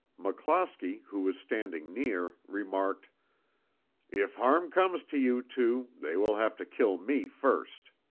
mcclosky, who was standing near, remarked if harm comes to you two, they will have to kill me first.